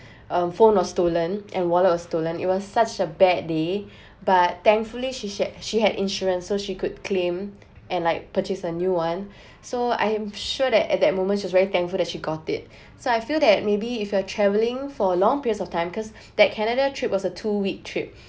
uh phone was stolen and wallet was stolen it was such a bad day but thankfully she said she had insurance so she could claim and like purchase a new one so I am sure that at that moment she was very thankful that she got it so I feel that maybe if you are travelling for a long period of time cause that canada trip was a two week trip